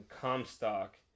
Comstock